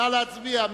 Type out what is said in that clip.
נא להצביע,